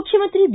ಮುಖ್ಯಮಂತ್ರಿ ಬಿ